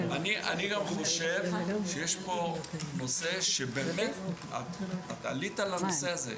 אני גם חושב שיש פה נושא שאת עלית על הנושא הזה.